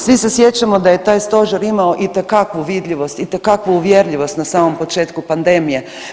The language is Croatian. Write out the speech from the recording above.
Svi se sjećamo da je taj stožer imamo itekakvu vidljivost, itekakvu uvjerljivost na samom početku pandemije.